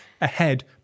ahead